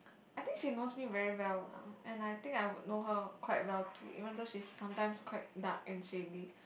I think she knows me very well lah and I think I would know her quite well too even though she is sometimes quite dark and shady